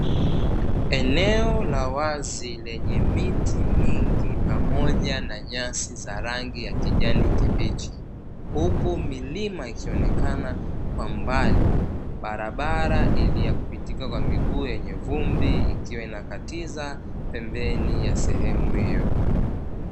Eneo la wazi lenye miti mingi pamoja na nyasi za rangi ya kijani kibichi, huku milima ikionekana kwa mbali barabara iliyo ya kupitika kwa miguu yenye vumbi ikiwa inakatiza ndani ya sehemu hiyo.